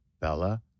bella